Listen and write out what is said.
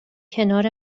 کنار